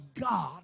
God